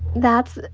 that's